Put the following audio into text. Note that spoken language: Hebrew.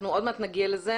אנחנו עוד מעט נגיע לזה.